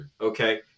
Okay